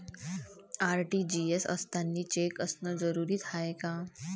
RTGS करतांनी cheque असनं जरुरीच हाय का?